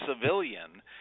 civilian